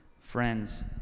Friends